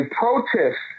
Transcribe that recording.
protest